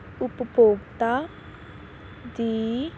ਉਪਭੋਗਤਾ ਦੀ